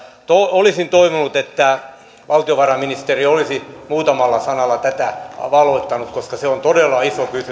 olisin toivonut että valtiovarainministeri olisi muutamalla sanalla tätä valottanut koska se on todella iso kysymys